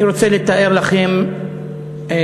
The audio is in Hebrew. אני רוצה לתאר לכם מצב,